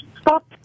Stop